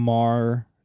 mar